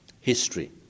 history